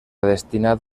destinat